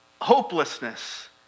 hopelessness